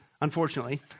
unfortunately